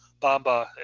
Bamba